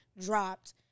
dropped